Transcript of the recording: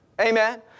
Amen